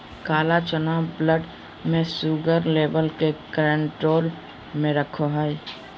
काला चना ब्लड में शुगर लेवल के कंट्रोल में रखैय हइ